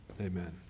Amen